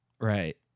Right